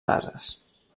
cases